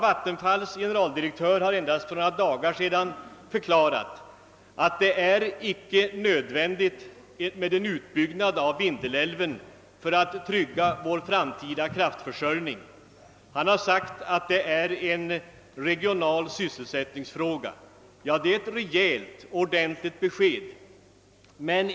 Vattenfallsverkets generaldirektör har för endast ett par dagar sedan förklarat att det icke är nödvändigt med en utbyggnad av Vindelälven för att trygga vår framtida kraftförsörjning. Han har sagt, att detta är en regional sysselsättningsfråga. Det är ett rejält och ordentligt besked.